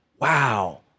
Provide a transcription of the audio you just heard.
wow